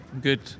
Good